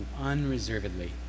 unreservedly